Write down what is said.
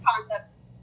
concepts